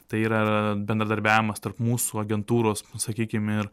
tai yra bendradarbiavimas tarp mūsų agentūros sakykim ir